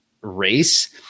race